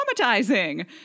traumatizing